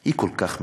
היא כל כך מיותרת,